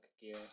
gear